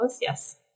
yes